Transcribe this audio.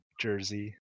jersey